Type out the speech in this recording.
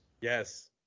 Yes